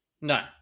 No